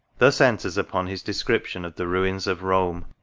thus enters upon his description of the ruins of rome,